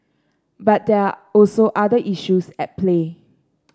but there are also other issues at play